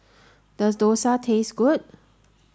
does Dosa taste good